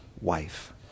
wife